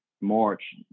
March